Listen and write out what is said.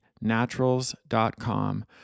naturals.com